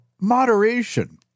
moderation